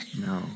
No